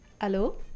Hello